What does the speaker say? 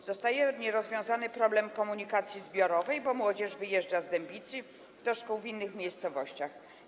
Pozostaje nierozwiązany problem komunikacji zbiorowej, a młodzież wyjeżdża z Dębicy do szkół w innych miejscowościach.